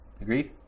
Agreed